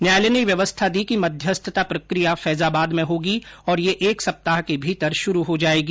न्यायालय ने व्यवस्था दी कि मध्यस्थता प्रक्रिया फैजाबाद में होगी और यह एक सप्ताह के भीतर शुरू हो जाएगी